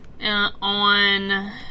on